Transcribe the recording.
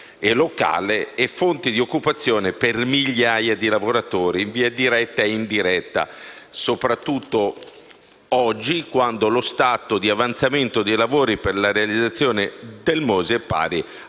e locale e fonte di occupazione per migliaia di lavoratori, in via diretta e indiretta, soprattutto oggi, quando lo stato di avanzamento dei lavori per la realizzazione del Mose è pari